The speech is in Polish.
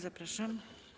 Zapraszam.